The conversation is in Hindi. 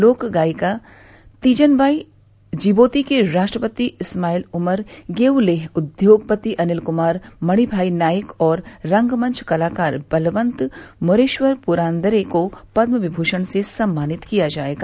लोक गायिका तीजनबाई जिबोती के राष्ट्रपति इस्माइल उमर गुएलेह उद्योगपति अनिल कुमार मणिमाई नाईक और रंगमंच कलाकार बलवंत मोरेश्वर पुरांदरे को पद्म विभूषण से सम्मानित किया जायेगा